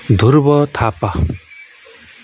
Dhrub Thapa